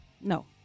No